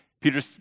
Peter